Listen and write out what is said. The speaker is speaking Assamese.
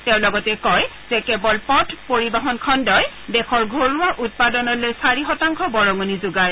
তেওঁ লগতে কয় যে কেৱল পথ পৰিবহন খণ্ডই দেশৰ ঘৰুৱা উৎপাদনলৈ চাৰি শতাংশ বৰঙণি যোগায়